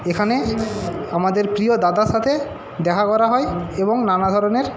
এখানে আমাদের প্রিয় দাদার সাথে দেখা করা হয় এবং নানা ধরণের